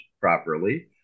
properly